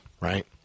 right